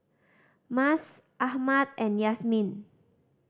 Mas Ahmad and Yasmin